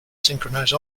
synchronize